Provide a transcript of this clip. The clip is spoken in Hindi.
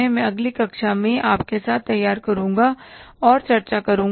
मैं अगली कक्षा में आपके साथ तैयार करुंगा और चर्चा करुंगा